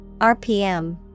RPM